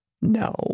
No